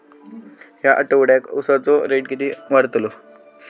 या आठवड्याक उसाचो रेट किती वाढतलो?